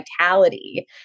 vitality